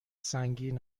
سنگین